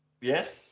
Yes